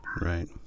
right